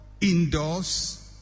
indoors